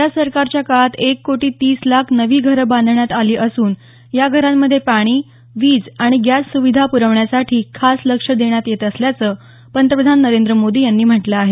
या सरकारच्या काळात एक कोटी तीस लाख नवी घरं बांधण्यात आली असून या घरांमध्ये पाणी वीज आणि गॅस सूविधा प्रवण्यासाठी खास लक्ष देण्यात येत असल्याचं पंतप्रधान नरेंद्र मोदी यांनी म्हटलं आहे